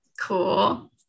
Cool